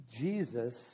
Jesus